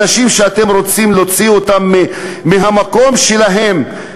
אנשים שאתם רוצים להוציא אותם מהמקום שלהם,